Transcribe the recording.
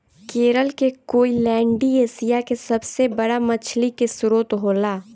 केरल के कोईलैण्डी एशिया के सबसे बड़ा मछली के स्त्रोत होला